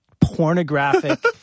pornographic